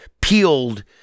peeled